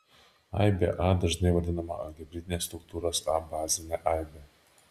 aibė a dažnai vadinama algebrinės struktūros a bazine aibe